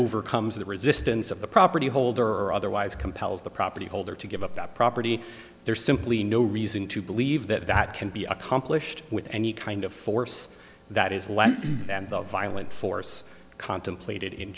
overcomes the resistance of the property holder or otherwise compels the property holder to give up that property there's simply no reason to believe that that can be accomplished with any kind of force that is less than the violent force contemplated in